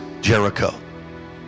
Jericho